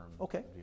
Okay